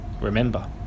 remember